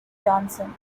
johnson